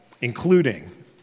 including